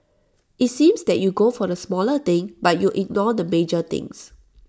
IT seems that you go for the smaller thing but you ignore the major things